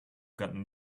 gotten